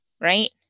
right